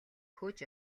хөөж